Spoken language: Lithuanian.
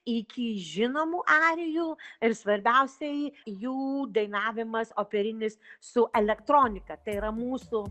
iki žinomų arijų ir svarbiausiai jų dainavimas operinis su elektronika tai yra mūsų